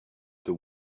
the